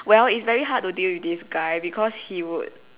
well is very hard to deal with this guy because he would